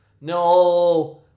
No